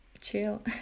chill